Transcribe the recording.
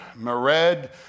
Mered